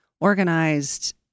organized